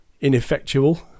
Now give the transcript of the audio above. ineffectual